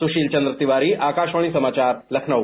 सुशील चंद तिवारी आकाशवाणी समाचार लखनऊ